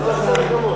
זה בסדר גמור.